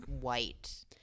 white